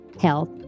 health